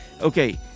okay